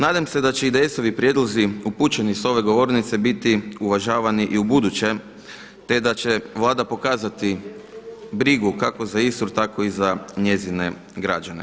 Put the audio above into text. Nadam se da će IDS-ovi prijedlozi upućeni s ove govornice biti uvažavani i u buduće, te da će Vlada pokazati brigu kako za Istru, tako i za njezine građane.